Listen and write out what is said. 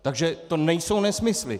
Takže to nejsou nesmysly.